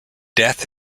death